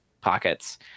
pockets